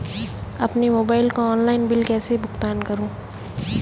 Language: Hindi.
अपने मोबाइल का ऑनलाइन बिल कैसे भुगतान करूं?